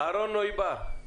אהרון נויבויאר.